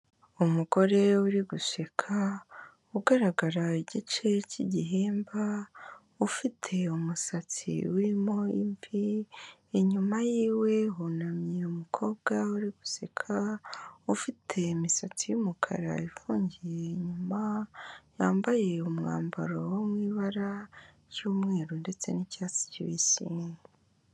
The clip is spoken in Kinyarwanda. Umugore uri guseka ugaragara igice cy'igihimba, ufite umusatsi urimo imvi, inyuma yiwe hunamye umukobwa uri guseka ufite imisatsi y'umukara ifungiye inyuma, yambaye umwambaro wo mubara ry'umweru ndetse n'icyatsi kibisi.